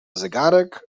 zegarek